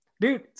Dude